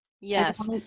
Yes